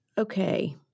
Okay